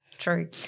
true